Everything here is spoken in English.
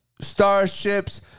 Starships